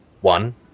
One